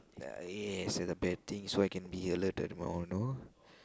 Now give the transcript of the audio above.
uh yes at the bad thing so I can be alerted more know